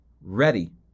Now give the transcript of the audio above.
ready